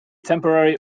temporary